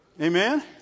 Amen